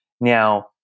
Now